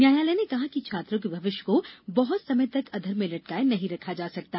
न्यायालय ने कहा कि छात्रों के भविष्य को बहत समय तक अधर में लटकाए नहीं रखा जा सकता